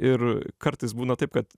ir kartais būna taip kad